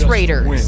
Raiders